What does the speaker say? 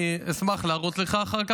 אני אשמח להראות לך אחר כך.